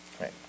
Right